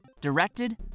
directed